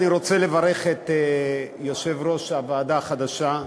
אני רוצה לברך את יושב-ראש הוועדה החדשה,